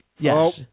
Yes